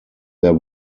there